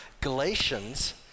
Galatians